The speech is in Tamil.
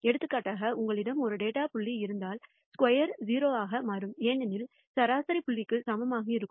எடுத்துக்காட்டாக உங்களிடம் ஒரு டேட்டா புள்ளி இருந்தால் ஸ்கொயர் 0 ஆக மாறும் ஏனெனில் சராசரி புள்ளிக்கு சமமாக இருக்கும்